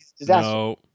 no